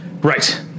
right